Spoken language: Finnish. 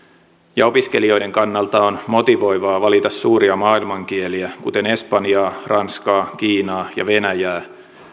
ja opiskelijoiden kannalta on motivoivaa valita suuria maailmankieliä kuten espanjaa ranskaa kiinaa ja venäjää